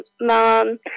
mom